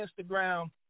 Instagram